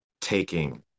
taking